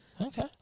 Okay